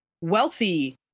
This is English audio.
wealthy